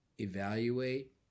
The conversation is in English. evaluate